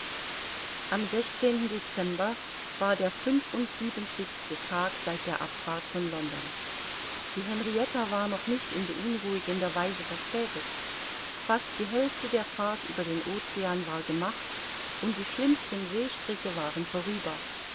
am dezember war der fünfundsiebenzigste tag seit der abfahrt von london die henrietta war noch nicht in beunruhigender weise verspätet fast die hälfte der fahrt über den ocean war gemacht und die schlimmsten seestriche waren vorüber